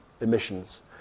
emissions